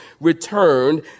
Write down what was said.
returned